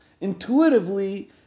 intuitively